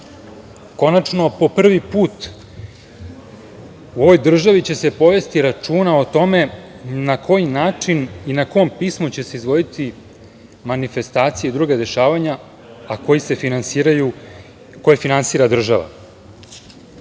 Konačno, po prvi put u ovoj državi će se povesti računa o tome na koji način i na kom pismu će se izvoditi manifestacije i druga dešavanja, a koje finansira država. Lično